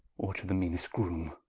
or to the meanest groome